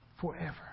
forever